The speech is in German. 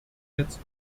jetzt